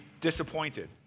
disappointed